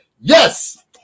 Yes